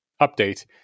update